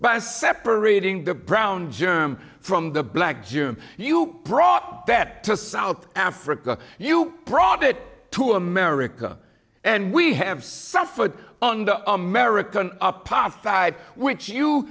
by separating the brown germ from the black jim you brought that to south africa you brought it to america and we have suffered under american power five which you